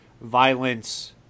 violence